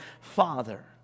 Father